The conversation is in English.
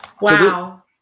Wow